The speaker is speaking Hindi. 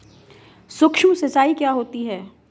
सुक्ष्म सिंचाई क्या होती है?